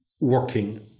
working